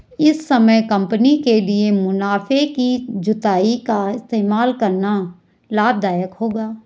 इस समय कंपनी के लिए मुनाफे की जुताई का इस्तेमाल करना लाभ दायक होगा